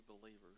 believers